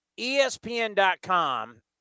ESPN.com